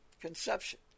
Conception